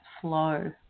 flow